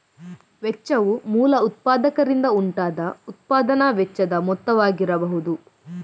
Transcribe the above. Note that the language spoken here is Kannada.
ವೆಚ್ಚವು ಮೂಲ ಉತ್ಪಾದಕರಿಂದ ಉಂಟಾದ ಉತ್ಪಾದನಾ ವೆಚ್ಚದ ಮೊತ್ತವಾಗಿರಬಹುದು